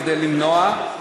כדי למנוע,